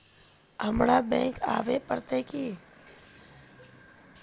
हमरा बैंक आवे पड़ते की?